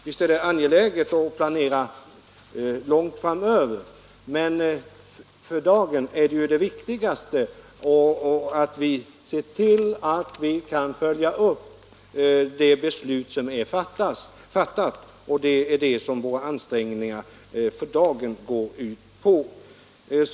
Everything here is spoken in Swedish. Visst är det angeläget att planera långt framöver, men det för dagen viktigaste är att se till att följa upp det beslut som fattats. 53 Det är också det som våra ansträngningar för dagen går ut på.